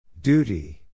Duty